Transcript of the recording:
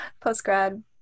post-grad